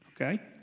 Okay